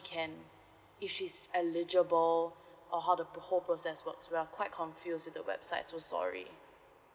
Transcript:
can if she's eligible or how the whole process works we are quite confused with the website we're sorry